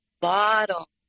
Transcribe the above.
bottle